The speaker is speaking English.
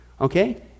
Okay